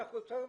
בסדר.